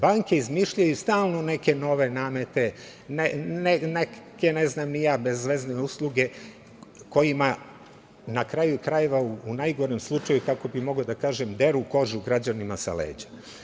Banke izmišljaju stalno neke nove namete, neke ne znam ni ja bezvezne usluge kojima na kraju krajeva u najgorem slučaju, ako bih mogao da kažem, deru kožu građanima sa leđa.